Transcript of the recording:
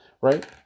right